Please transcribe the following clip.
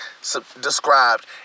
described